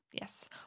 Yes